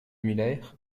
muller